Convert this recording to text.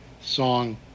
song